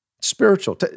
spiritual